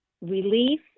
relief